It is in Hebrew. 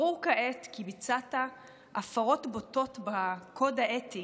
ברור כעת כי ביצעת הפרות בוטות בקוד האתי